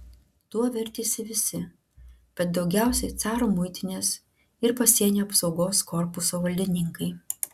tuo vertėsi visi bet daugiausiai caro muitinės ir pasienio apsaugos korpuso valdininkai